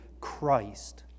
Christ